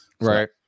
right